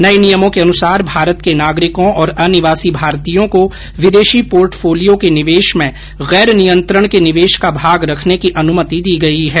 नए नियमों के अनुसार भारत के नागरिकों और अनिवासी भारतीयों को विदेशी पोर्टफोलियो के निवेश में गैर नियंत्रण के ॅनिवेश का भाग रखने की अनुमति दी गई है